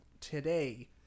today